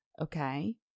okay